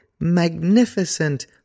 magnificent